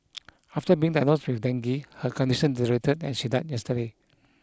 after being diagnosed with dengue her condition deteriorated and she died yesterday